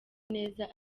neza